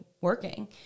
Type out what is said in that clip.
working